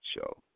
show